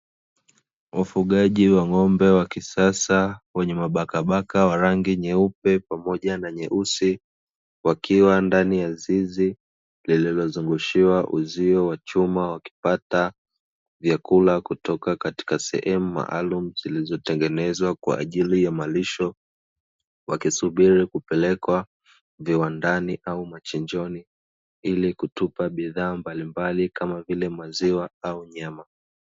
Wafugaji wa ng’ombe wa kisasa wenye mabakabaka ya rangi nyeupe pamoja na nyeusi, wakiwa ndani ya zizi lililozungushiwa uzio wa chuma, wakipata vyakula kutoka katika sehemu maalumu zilizotengenezwa kwa ajili ya malisho, wakisubiri kupelekwa viwandani au machinjioni, ili kutupa bidhaa mbalimbali kama vile maziwa au nyama.